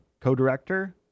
co-director